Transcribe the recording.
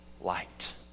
light